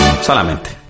Solamente